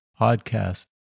podcast